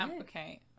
Okay